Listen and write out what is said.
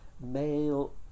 male